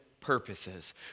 purposes